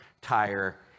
tire